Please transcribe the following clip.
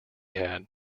had